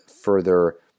further